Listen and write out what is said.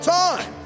time